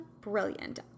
brilliant